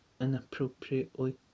inappropriately